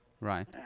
Right